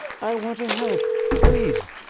i want to help. please.